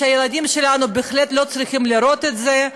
הילדים שלנו בהחלט לא צריכים לראות את זה.